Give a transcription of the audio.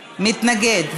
מתנגד.